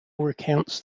recounts